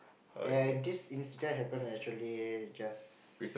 and this instant happen actually just